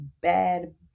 bad